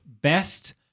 best